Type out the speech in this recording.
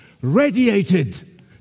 radiated